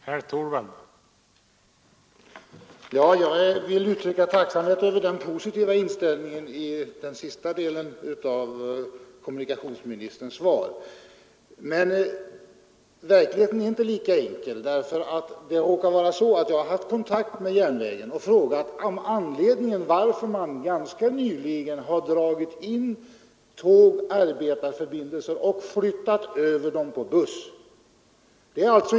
Herr talman! Jag vill uttrycka tacksamhet för den positiva inställningen i den sista delen av kommunikationsministerns svar. Men verkligheten är inte lika enkel. Det råkar vara så, att jag har haft kontakt med järnvägen och frågat om anledningen till att man ganska nyligen har 183 dragit in tåg och flyttat över trafik från tåg till buss.